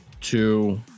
Two